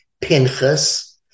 Pinchas